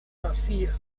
vacía